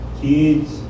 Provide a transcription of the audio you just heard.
kids